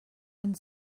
and